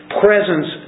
presence